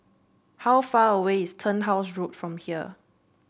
how far away is Turnhouse Road from here